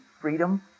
freedom